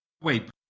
Wait